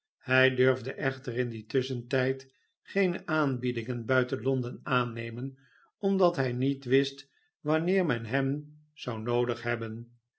hij durfde echter in dien tusschentijd geene aanbiedingen buiten l on den aannemen omdat hij niet wist wanneer men hem zou noodig hebben